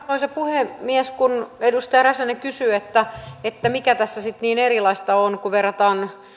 arvoisa puhemies kun edustaja räsänen kysyi mikä tässä sitten niin erilaista on kun verrataan